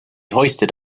hoisted